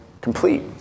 complete